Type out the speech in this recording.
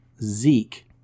Zeke